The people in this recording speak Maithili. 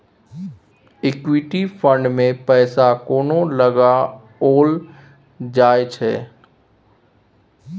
इक्विटी फंड मे पैसा कोना लगाओल जाय छै?